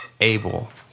Abel